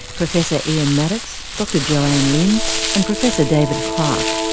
professor ian maddocks, dr joanne lynn and professor david clark.